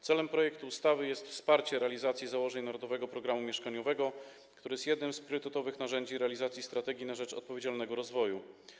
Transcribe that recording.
Celem projektu ustawy jest wsparcie realizacji założeń „Narodowego programu mieszkaniowego”, który jest jednym z priorytetowych narzędzi realizacji „Strategii na rzecz odpowiedzialnego rozwoju”